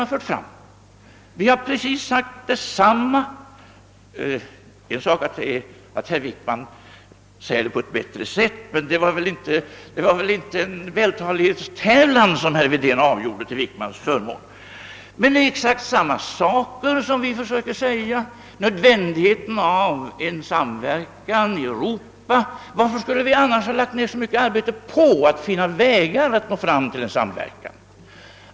Vi har sagt precis samma sak. Visserligen sade herr Wickman det på ett bättre sätt, men det var väl inte en vältalighetstävlan som herr Wedén avgjorde till herr Wickmans förmån. Vi försöker framhålla precis samma saker: nödvändigheten av samverkan i Europa o.s.v. Varför skulle vi annars lägga ned så mycket arbete på att finna vägar för att nå en sådan samverkan?